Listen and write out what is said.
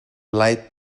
light